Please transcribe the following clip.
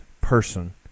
person